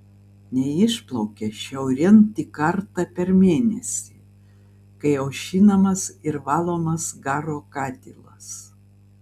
neišplaukia šiaurėn tik kartą per mėnesį kai aušinamas ir valomas garo katilas